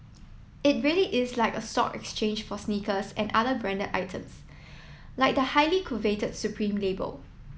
it really is like a stock exchange for sneakers and other branded items like the highly coveted supreme label